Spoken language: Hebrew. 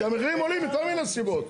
כי המחירים עולים מכל מיני סיבות.